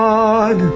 God